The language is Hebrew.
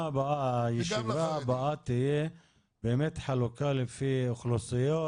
הישיבה הבאה תהיה באמת על חלוקה לפני אוכלוסיות,